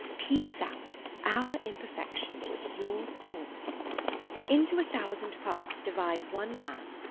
peece out our imperfections with your thoughts into a thousand parts diuide one man,